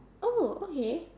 oh okay